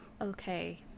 okay